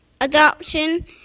adoption